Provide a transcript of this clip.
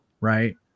right